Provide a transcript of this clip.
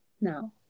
now